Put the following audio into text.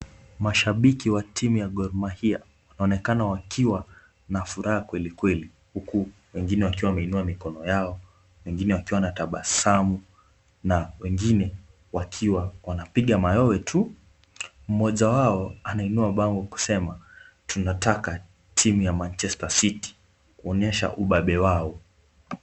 Mashabiki wa timu ya Gor Mahia wanaonekana wakiwa na furaha kwelikweli huku wengine wakiwa wameinua mikono yao, wengine wakiwa na tabasamu na wengine wakiwa wanapiga mayowe tu. Mmoja wao anainua bango kusema tunataka timu ya Manchester City kuonyesha ubabe wao.